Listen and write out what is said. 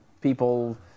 people